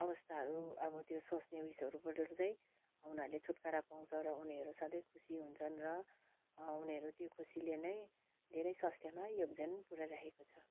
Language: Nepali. अवस्थाहरू अब त्यो सोच्ने उयोसहरूबाट चाहिँ उनीहरूले छुट्कारा पाउँछ र उनीहरू सधैँ खुसी हुन्छन् र उनीहरू त्यो खुसीले नै धेरै स्वस्थ्यमा योगदान पुऱ्याइराखेको छ